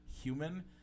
human